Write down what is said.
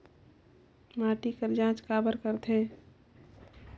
माटी कर जांच काबर करथे?